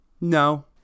No